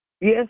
Yes